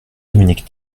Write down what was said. dominique